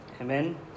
Amen